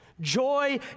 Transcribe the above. joy